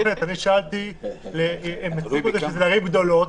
הם הסבירו לי שאלה ערים גדולות.